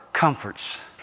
Comforts